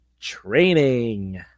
training